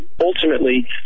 ultimately